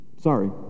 Sorry